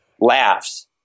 laughs